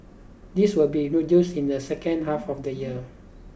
this will be introduced in the second half of the year